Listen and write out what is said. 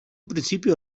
principio